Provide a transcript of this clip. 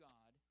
God